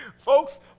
folks